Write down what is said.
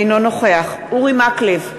אינו נוכח אורי מקלב,